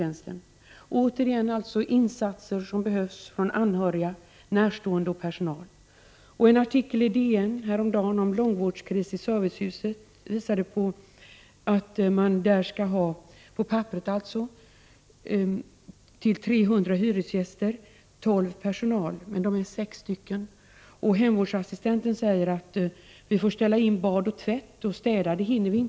1988/89:44 behövs det insatser från anhöriga, närstående och personal. 13 december 1988 En artikel i Dagens Nyheter häromdagen om långvårdskris i servicehuset angavs det att man, på papperet, till 300 hyresgäster skall ha en personal på tolv personer. Men i det aktuella fallet hade man sex personer. Hemvårdsassistenten sade att personalen får ställa in bad och tvätt och att den inte heller hinner städa.